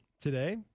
today